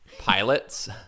Pilots